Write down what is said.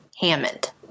Hammond